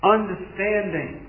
Understanding